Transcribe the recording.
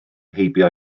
heibio